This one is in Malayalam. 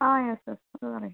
ആ യെസ് സർ അത് പറയു